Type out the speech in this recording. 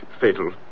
fatal